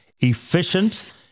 efficient